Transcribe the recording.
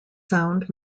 sound